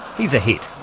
he's a hit.